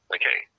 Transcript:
Okay